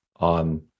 on